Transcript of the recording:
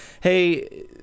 hey –